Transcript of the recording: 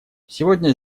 сегодня